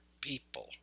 people